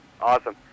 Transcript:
Awesome